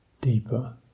deeper